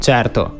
Certo